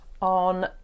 on